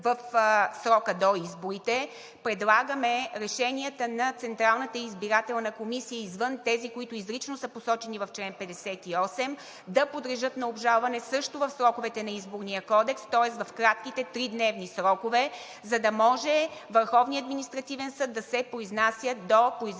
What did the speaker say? в срока до изборите, предлагаме решенията на Централната избирателна комисия извън тези, които изрично са посочени в чл. 58, да подлежат на обжалване също в сроковете на Изборния кодекс, тоест в кратките тридневни срокове, за да може ВАС да се произнася до произвеждането